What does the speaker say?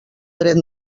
dret